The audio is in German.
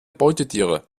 beutetiere